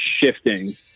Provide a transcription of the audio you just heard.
shifting